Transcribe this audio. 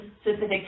specific